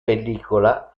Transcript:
pellicola